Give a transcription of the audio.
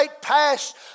past